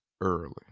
early